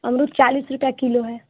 अमरूद चालीस रुपये किलो है